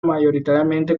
mayoritariamente